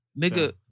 Nigga